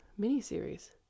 miniseries